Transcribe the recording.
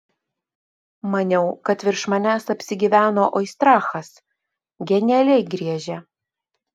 maniau kad virš manęs apsigyveno oistrachas genialiai griežia